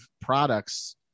products